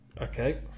Okay